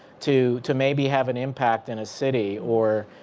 to to maybe have an impact in a city or,